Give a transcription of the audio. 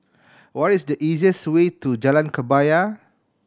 what is the easiest way to Jalan Kebaya